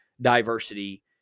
diversity